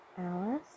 Alice